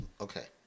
okay